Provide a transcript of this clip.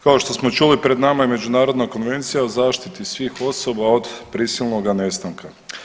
Kao što smo čuli pred nama je Međunarodna konvencija o zaštiti svih osoba od prisilnoga nestanka.